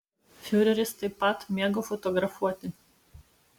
fiureris taip pat mėgo fotografuoti